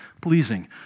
pleasing